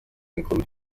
include